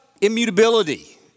immutability